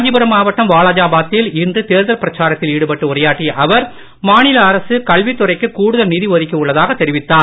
காஞ்சிபுரம் மாவட்டம் வாலாஜாபாத்தில் இன்று தேர்தல் பிரச்சாரத்தில் ஈடுபட்டு உரையாற்றிய அவர் மாநில அரசு கல்வித்துறைக்கு கூடுதல் நிதி ஒதுக்கி உள்ளதாக தெரிவித்தார்